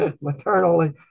maternally